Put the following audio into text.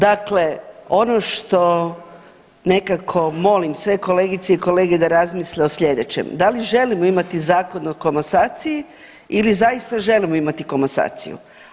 Dakle, ono što nekako molim sve kolegice i kolege da razmisle o sljedećem, da li želimo imati Zakon o komasaciji ili zaista želimo imati komasaciju.